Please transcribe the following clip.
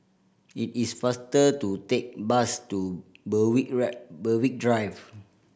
it is faster to take bus to Berwick Ride Berwick Drive